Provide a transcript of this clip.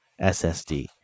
ssd